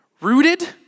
Rooted